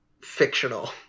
fictional